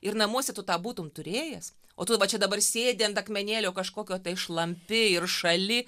ir namuose tu tą būtum turėjęs o tu va čia dabar sėdi ant akmenėlio kažkokio tai šlampi ir šąli